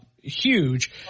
huge